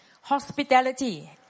Hospitality